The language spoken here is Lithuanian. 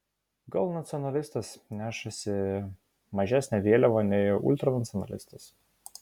gal nacionalistas nešasi mažesnę vėliavą nei ultranacionalistas